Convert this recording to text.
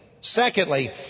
Secondly